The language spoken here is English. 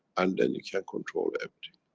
and then you can control everything.